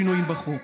בחוק.